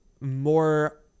more